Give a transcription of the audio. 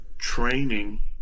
Training